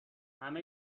همه